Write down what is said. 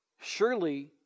Surely